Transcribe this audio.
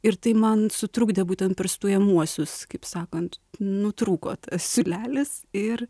ir tai man sutrukdė būtent per stojamuosius kaip sakant nutrūko siūlelis ir